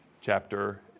chapter